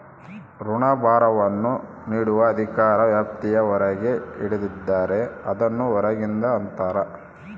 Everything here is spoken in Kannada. ಋಣಭಾರವನ್ನು ನೀಡುವ ಅಧಿಕಾರ ವ್ಯಾಪ್ತಿಯ ಹೊರಗೆ ಹಿಡಿದಿದ್ದರೆ, ಅದನ್ನು ಹೊರಗಿಂದು ಅಂತರ